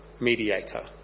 mediator